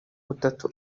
butatu